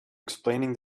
explaining